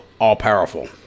all-powerful